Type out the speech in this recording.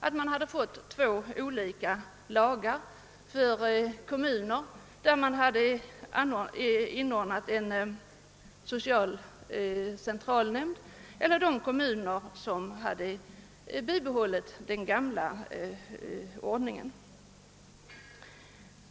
Då skulle vi få två olika lagar, en för kommuner där man inrättar social centralnämnd och en för kommuner som bibehållit den gamla ordningen.